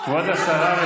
כבוד השרה,